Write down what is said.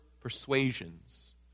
persuasions